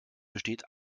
besteht